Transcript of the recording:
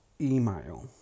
email